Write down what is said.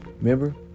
Remember